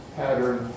pattern